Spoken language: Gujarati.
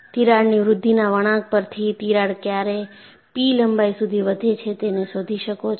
તિરાડની વૃદ્ધિના વળાંક પરથી તિરાડ ક્યારે પી લંબાઈ સુધી વધે છે તેને શોધી શકો છો